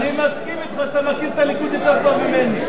אני מסכים אתך שאתה מכיר את הליכוד יותר טוב ממני.